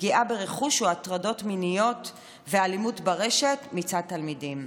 פגיעה ברכוש והטרדות מיניות ואלימות ברשת מצד תלמידים.